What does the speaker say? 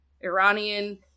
Iranian